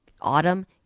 Autumn